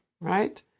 right